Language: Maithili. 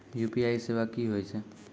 यु.पी.आई सेवा की होय छै?